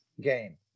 game